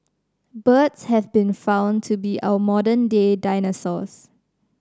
birds have been found to be our modern day dinosaurs